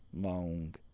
long